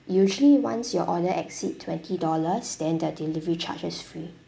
usually once your order exceed twenty dollars then the delivery charge is free